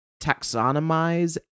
taxonomize